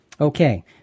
Okay